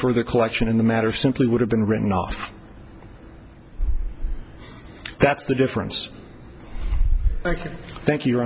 further collection in the matter simply would have been written off that's the difference thank you thank you